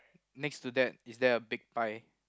next to that is there a big pie